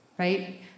Right